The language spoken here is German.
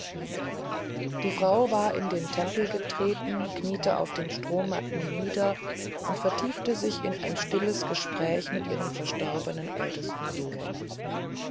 die frau war in den tempel getreten kniete auf den strohmatten nieder und vertiefte sich in ein stilles gespräch mit ihrem verstorbenen ältesten sohn